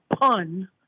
pun